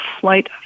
flight